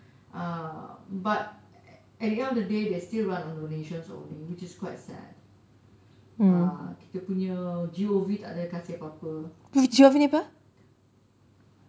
uh but at the end of the day they still run on donations only which is quite sad uh kita punya G O V takde kasih apa-apa